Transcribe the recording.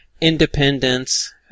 independence